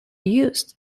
used